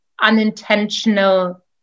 unintentional